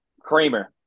Kramer